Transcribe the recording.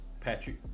Patrick